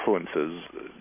influences